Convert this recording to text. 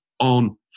on